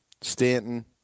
Stanton